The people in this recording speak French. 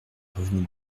revenez